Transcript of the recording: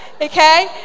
okay